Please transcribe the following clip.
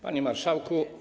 Panie Marszałku!